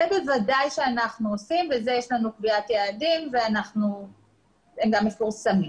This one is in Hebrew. זה בוודאי שאנחנו עושים ויש לנו קביעת יעדים והם גם מפורסמים.